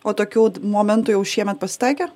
o tokių momentų jau šiemet pasitaikė